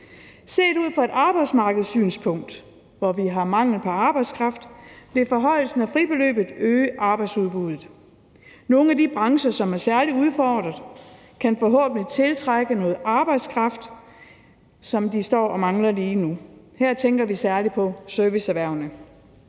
Set ud fra et arbejdsmarkedssynspunkt, hvor vi har mangel på arbejdskraft, vil forhøjelsen af fribeløbet øge arbejdsudbuddet. Nogle af de brancher, som er særlig udfordret, kan forhåbentlig tiltrække noget arbejdskraft, som de står og mangler lige nu. Her tænker vi særlig på serviceerhvervene.